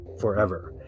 forever